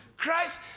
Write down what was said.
Christ